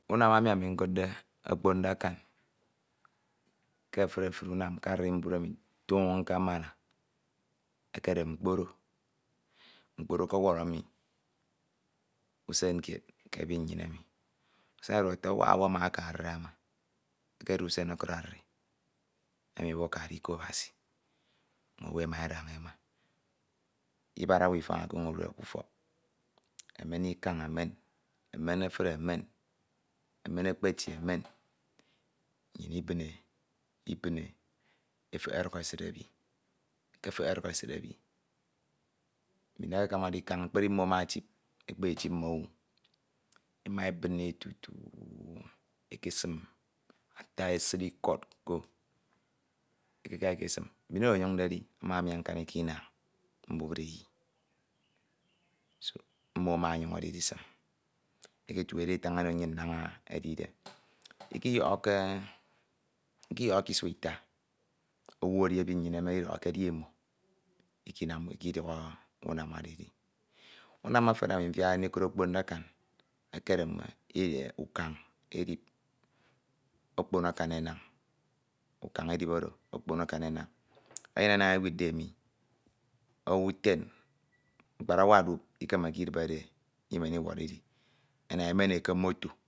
Unam emi Ami nkudde okponde Akon ke efuri efuri arimbud emi ekere mkporo. Mkporo ọkọwọrọ mi usen kied ke ebi nnyin emi usen oro ata adiwak owu ama aka adiri ama edi usen emi ata adiwak owu akade adiri edi usen iko Abasi mm'owu ema adaña ema ibad owu emi okonyuñ oduk k'ufọk emen ikañ emen emen efid emen emen ekpeti emen nnyin ibine e ibine e efehe ọduk esid ebi ekefehe oduk esid ebi mbin ekekamade ikañ ekped mmo ema etip ekpetetip mmowu ekesim ata esid ikọd ko mbin oro ọnyuñde edi amamia nkanika inañ mbubreyi mmo ama ọnyañ edi edjsim eketudi edifin eno nnyoñ naña edide ikiyọhọ isua eta owu edi ebi nnyin emi edidọhọ ke emo ikiduk unam oro idi unam efen emi mfiakde ndikud okponde akan ekere ukañ edip okyon akan enañ ukañ edip oro okpon akan enañ. Enyene naña ewidde e mi owu ten mkparawa duk ikemeke imen e iwọrọ idi ana emen e ke meto.